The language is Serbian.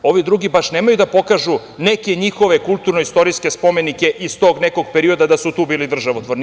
Ovi drugi nemaju baš da pokažu neke njihove kulturno istorijske spomenike iz tog nekog perioda da su tu bili državotvorni.